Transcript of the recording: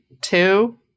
two